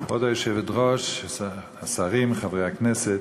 כבוד היושבת-ראש, השרים, חברי הכנסת,